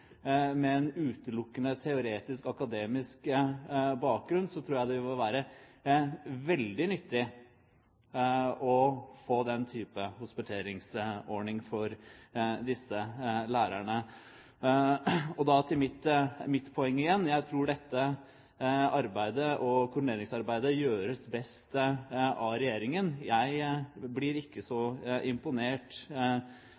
med utelukkende teoretisk akademisk bakgrunn, tror jeg det må være veldig nyttig å få den type hospiteringsordning for disse lærerne. Og til mitt poeng igjen: Jeg tror dette arbeidet og koordineringsarbeidet gjøres best av regjeringen. Jeg blir ikke så